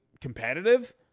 competitive